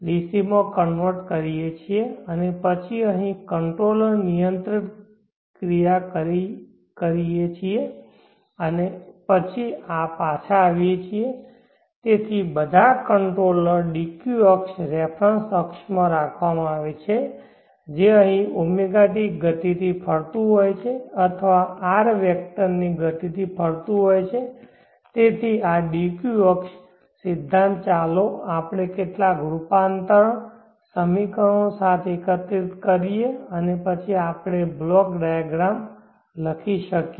માં કન્વર્ટ કરીએ છીએ અને પછી અહીં કંટ્રોલર નિયંત્રણ ક્રિયા કરીએ છીએ અને પછી પાછા આવીએ છીએ તેથી બધા કંટ્રોલર d q અક્ષ રેફેરન્સ અક્ષ માં રાખવામાં આવે છે જે અહીં ɷt ગતિથી ફરતું હોય છે અથવા R વેક્ટરની ગતિથી ફરતું હોય છે તેથી આ d q અક્ષ સિદ્ધાંત ચાલો આપણે કેટલાક રૂપાંતર સમીકરણો સાથે એકત્રીત કરીએ અને પછી આપણે બ્લોક ડાયાગ્રામ લખી શકીએ